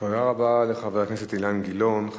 תודה רבה לחבר הכנסת אילן גילאון.